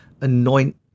anoint